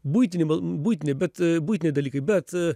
buitinį buitinį bet buitiniai dalykai bet